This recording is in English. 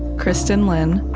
kristin lin,